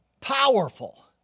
powerful